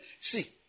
see